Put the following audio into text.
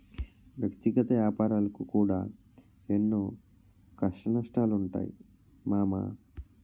వ్యక్తిగత ఏపారాలకు కూడా ఎన్నో కష్టనష్టాలుంటయ్ మామా